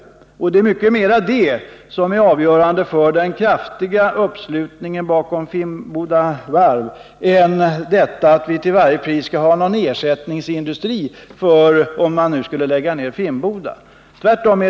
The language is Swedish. Det är i betydligt större utsträckning det som är avgörande för den kraftiga uppslutningen bakom Finnboda varv än detta att vi till varje pris skall ha någon ersättningsindustri, om man nu skulle lägga ner Finnboda varv.